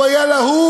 הוא היה להוט.